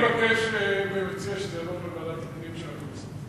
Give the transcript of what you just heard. אני מבקש מהמציע שזה יעבור לוועדת הפנים של הכנסת.